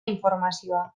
informazioa